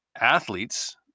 athletes